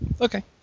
Okay